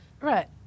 Right